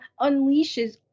unleashes